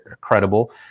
credible